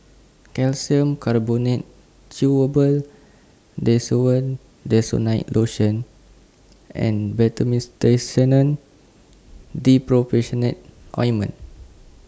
Calcium Carbonate Chewable Desowen Desonide Lotion and Ointment